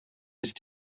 ist